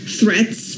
threats